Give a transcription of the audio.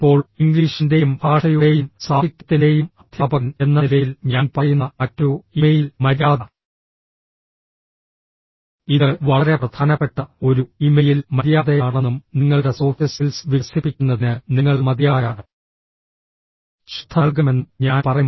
ഇപ്പോൾ ഇംഗ്ലീഷിന്റെയും ഭാഷയുടെയും സാഹിത്യത്തിന്റെയും അദ്ധ്യാപകൻ എന്ന നിലയിൽ ഞാൻ പറയുന്ന മറ്റൊരു ഇമെയിൽ മര്യാദ ഇത് വളരെ പ്രധാനപ്പെട്ട ഒരു ഇമെയിൽ മര്യാദയാണെന്നും നിങ്ങളുടെ സോഫ്റ്റ് സ്കിൽസ് വികസിപ്പിക്കുന്നതിന് നിങ്ങൾ മതിയായ ശ്രദ്ധ നൽകണമെന്നും ഞാൻ പറയും